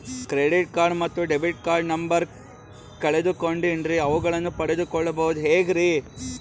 Credit card ಮತ್ತು debit card number ಕಳೆದುಕೊಂಡಿನ್ರಿ ಅವುಗಳನ್ನ ಪಡೆದು ಕೊಳ್ಳೋದು ಹೇಗ್ರಿ?